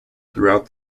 throughout